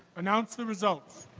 announce the results.